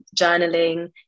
journaling